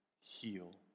heal